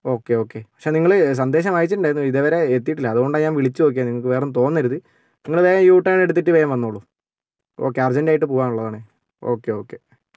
okay okay പക്ഷേ നിങ്ങൾ സന്ദേശം അയച്ചിട്ടുണ്ടായിരുന്നു ഇതുവരെ എത്തിയിട്ടില്ല അതുകൊണ്ട് ഞാൻ വിളിച്ചു നോക്കിയത് നിങ്ങൾക്ക് വേറൊന്നും തോന്നരുത് നിങ്ങൾ ഇതേ യു ടേൺ എടുത്തിട്ട് വേഗം വന്നോളൂ ഓക്കേ അർജൻ്റായിട്ട് പോകാനുള്ളതാണേ ഓക്കേ ഓക്കേ